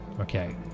Okay